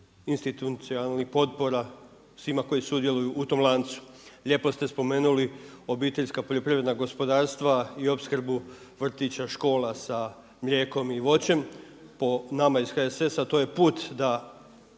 institucionalnih potpora svima koji sudjeluju u tom lancu. Lijepo ste spomenuli OPG-ove i opskrbu vrtića, škola sa mlijekom i voćem, po nama iz HSS-a to je put da